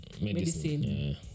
medicine